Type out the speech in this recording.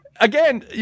again